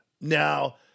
Now